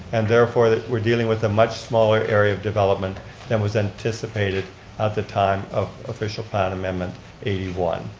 and therefore that we're dealing with a much smaller area of development than was anticipated at the time of official plan amendment eighty one.